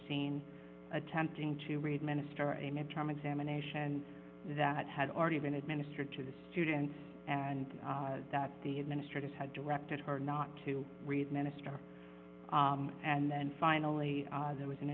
scene attempting to read minister a midterm examination that had already been administered to the students and that the administrators had directed her not to read minister and then finally there was an